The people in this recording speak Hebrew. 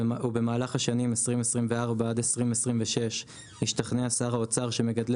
ובמהלך השנים 2024-2026 ישתכנע שר האוצר שמגדלי